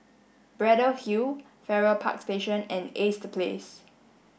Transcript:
Braddell Hill Farrer Park Station and Ace The Place